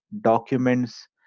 documents